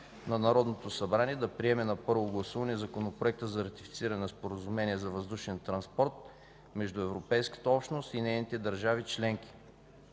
на Народното събрание да приеме на първо гласуване Законопроект за ратифициране на Споразумение за въздушен транспорт между Европейската общност и нейните държави членки,